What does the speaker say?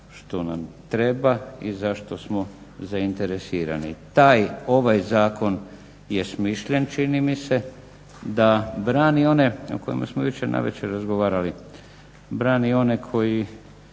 što nam treba i zašto smo zainteresirani. Taj, ovaj zakon, je smišljen čini mi se da brani one o kojima smo jučer navečer razgovarali, brani one koji